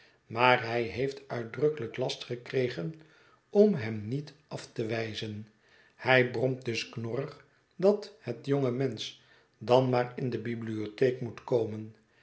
maar hij heeft uitdrukkelijken last gekregen om hem niet af te wijzen hij bromt dus knorrig dat het jonge mensch dan maar in de bibliotheek moet komen